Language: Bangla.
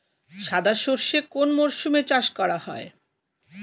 সাদা সর্ষে কোন মরশুমে চাষ করা হয়?